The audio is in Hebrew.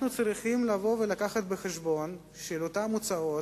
אנחנו צריכים לקחת בחשבון את אותן הוצאות,